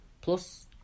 Plus